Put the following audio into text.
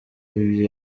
ibyo